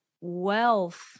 wealth